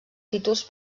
títols